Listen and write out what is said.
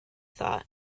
thought